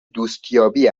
دوستیابی